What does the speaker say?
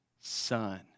Son